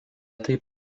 taip